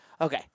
Okay